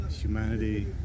humanity